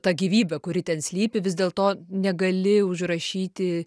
ta gyvybė kuri ten slypi vis dėlto negali užrašyti